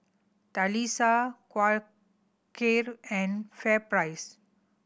Quaker and FairPrice